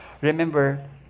Remember